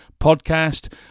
podcast